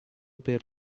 per